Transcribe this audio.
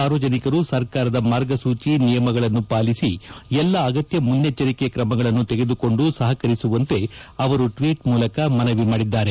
ಸಾರ್ವಜನಿಕರು ಸರ್ಕಾರದ ಮಾರ್ಗಸೂಚಿ ನಿಯಮಗಳನ್ನು ಪಾಲಿಸಿ ಎಲ್ಲ ಅಗತ್ಯ ಮುನ್ನೆಚ್ಚರಿಕೆ ಕ್ರಮಗಳನ್ನು ತೆಗೆದುಕೊಂಡು ಸಹಕರಿಸುವಂತೆ ಅವರು ಟ್ವೀಟ್ ಮೂಲಕ ಮನವಿ ಮಾಡಿದ್ದಾರೆ